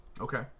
Okay